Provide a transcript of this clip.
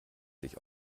sich